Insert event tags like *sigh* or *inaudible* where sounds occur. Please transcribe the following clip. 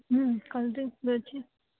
*unintelligible* ଅଛି